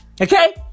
Okay